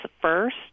first